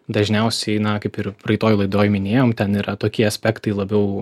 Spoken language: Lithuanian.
dažniausiai na kaip ir praeitoj laidoj minėjom ten yra tokie aspektai labiau